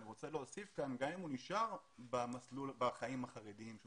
אני רוצה להוסיף כאן שגם אם הוא נשאר בחיים החרדיים הוא